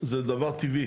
זה דבר טבעי.